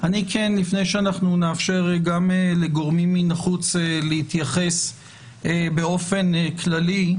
לפני שנאפשר גם לגורמים מן החוץ להתייחס באופן כללי,